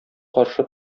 каршы